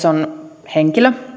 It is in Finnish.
on henkilö